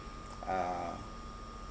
uh